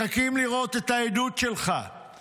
מחכים לראות את העדות שלך,